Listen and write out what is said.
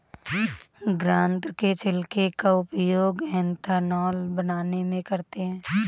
गन्ना के छिलके का उपयोग एथेनॉल बनाने में करते हैं